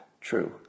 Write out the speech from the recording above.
True